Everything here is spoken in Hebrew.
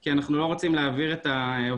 כי אנחנו לא רוצים להעביר את האוטובוסים